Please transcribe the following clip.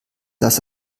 das